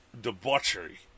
Debauchery